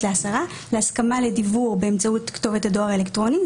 להסרה להסכמה לדיוור באמצעות כתובת הדואר האלקטרוני.